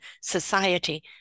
society